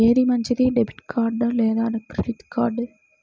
ఏది మంచిది, debit card లేదా క్రెడిట్ కార్డ్?